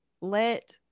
Let